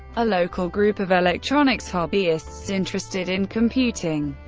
a local group of electronics hobbyists interested in computing.